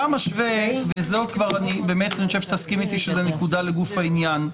אני חושב שתסכים איתי שזאת נקודה לגוף העניין.